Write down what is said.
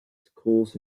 schools